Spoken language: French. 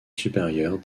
supérieure